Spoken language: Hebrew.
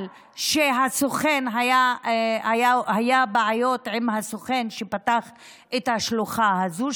שהיו בעיות עם הסוכן שפתח את השלוחה הזו,